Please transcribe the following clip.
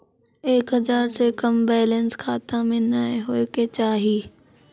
एक हजार से कम बैलेंस खाता मे नैय होय के चाही